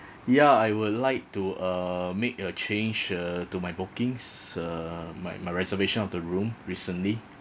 ya I would like to uh make a change uh to my bookings uh my my reservation of the room recently